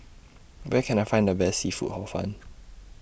Where Can I Find The Best Seafood Hor Fun